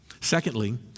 Secondly